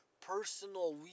personal